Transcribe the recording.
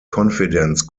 confidence